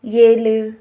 ஏழு